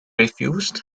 refused